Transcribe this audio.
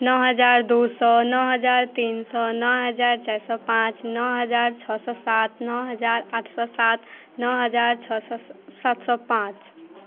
नओ हजार दू सए नओ हजार तीन सए नओ हजार चारि सए पाँच नओ हजार छओ सए सात नओ हजार आठ सए सात नओ हजार छओ सए सात सए पाँच